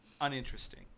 uninteresting